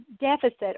deficit